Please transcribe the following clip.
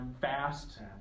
fast